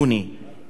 יום שני,